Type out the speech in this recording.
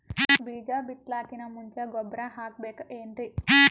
ಬೀಜ ಬಿತಲಾಕಿನ್ ಮುಂಚ ಗೊಬ್ಬರ ಹಾಕಬೇಕ್ ಏನ್ರೀ?